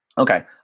Okay